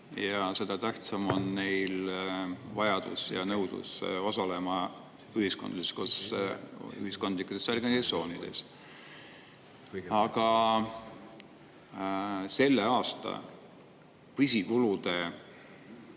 ja seda tähtsam on neil vajadus ja nõudlus osaleda ühiskondlikes organisatsioonides, aga selle aasta püsikulude